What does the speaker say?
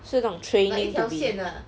是那种 training to be